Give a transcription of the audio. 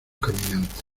caminante